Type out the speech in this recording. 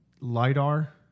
LiDAR